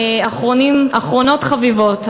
אחרונות חביבות,